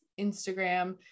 instagram